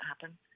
happen